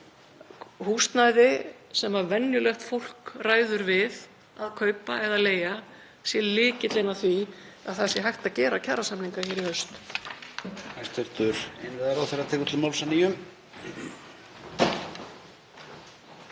húsnæði, sem venjulegt fólk ræður við að kaupa eða leigja, sé lykillinn að því að hægt sé að gera kjarasamninga í haust.